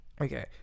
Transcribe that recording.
okay